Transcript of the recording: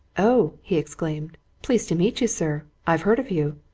oh! he exclaimed. pleased to meet you, sir i've heard of you.